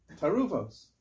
taruvos